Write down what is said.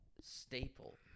staple